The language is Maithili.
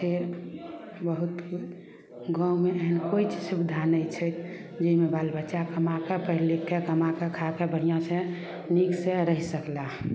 से बहुत गाँवमे एहन कोइ सुविधा नहि छै जाहिमे बाल बच्चा कमाके पढ़ि लिखके कमाके खाके बढ़िऑं से नीक से रैह सकला